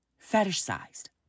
Fetish-sized